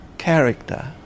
Character